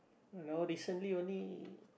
now recently only